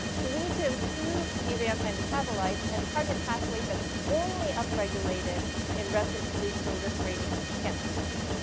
so we need to improve these antimetabolites and target pathways that's only upregulated in rapidly proliferating cancer cells.